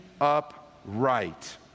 upright